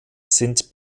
sind